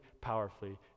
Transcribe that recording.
powerfully